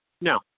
No